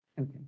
Okay